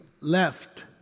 left